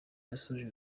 yasoje